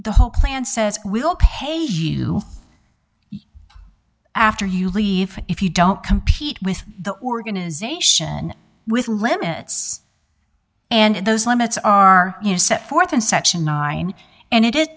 the whole plan says we'll pay you after you leave if you don't compete with the organization with limits and those limits are you set forth in section nine and it